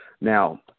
Now